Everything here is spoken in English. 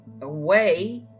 away